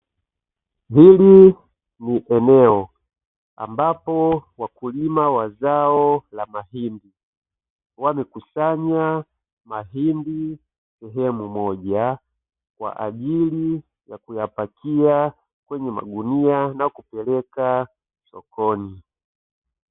Hili ni eneo ambapo wakulima wa zao la mahindi, wamekusanya mahindi sehemu moja, kwa ajili ya kuyapakia kwenye magunia na kupeleka sokoni.